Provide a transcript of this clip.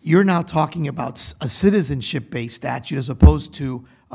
you're not talking about a citizenship a statute as opposed to a